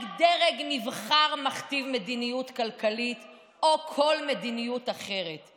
רק דרג נבחר מכתיב מדיניות כלכלית או כל מדיניות אחרת.